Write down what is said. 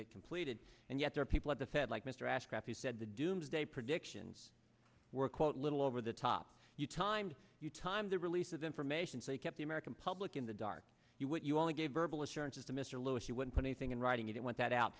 get completed and yet there are people at the fed like mr ashcroft who said the doomsday predictions were quote a little over the top you timed you time the release of information so you kept the american public in the dark you would you only gave verbal assurances to mr lew if you would put anything in writing you didn't want that out